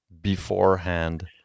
beforehand